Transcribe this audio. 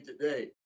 today